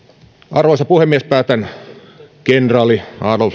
arvoisa puhemies päätän kenraali